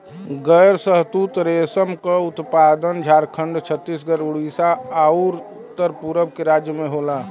गैर शहतूत रेशम क उत्पादन झारखंड, छतीसगढ़, उड़ीसा आउर उत्तर पूरब के राज्य में होला